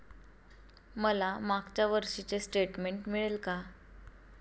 मला मागच्या वर्षीचे स्टेटमेंट मिळेल का?